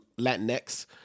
Latinx